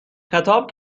خطاب